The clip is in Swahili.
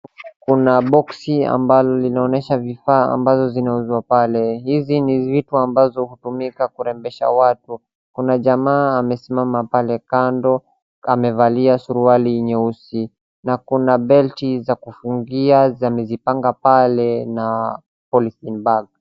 Kuna boksi ambalo linaonyesha vifaa ambazo zinauzwa pale, vifaa hizi ni vitu ambazo hutumika kurembesha watu. Kuna jamaa amesimama pale kando, amevalia suruali nyeusi na kuna belti za kufungia amezipanga pale na polythene bag .